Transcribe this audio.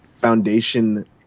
Foundation